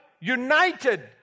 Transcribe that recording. united